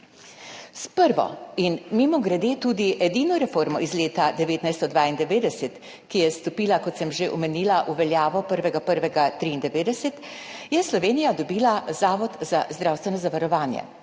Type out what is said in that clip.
S prvo in mimogrede tudi edino reformo iz leta 1992, ki je stopila, kot sem že omenila, v veljavo 1. 1. 1993, je Slovenija dobila Zavod za zdravstveno zavarovanje,